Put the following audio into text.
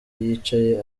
yicaye